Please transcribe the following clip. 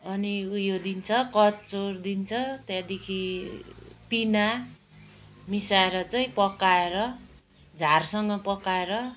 अनि उयो दिन्छ कच्चुर दिन्छ त्यहाँदेखि पिना मिसाएर चाहिँ पकाएर झारसँग पकाएर